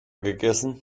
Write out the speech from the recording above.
gegessen